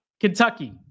Kentucky